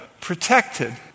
protected